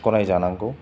गनायजानांगौ